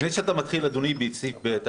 לפני שאתה מתחיל, אדוני, בסעיף ב'.